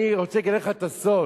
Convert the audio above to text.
אני רוצה לגלות לך את הסוד.